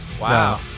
Wow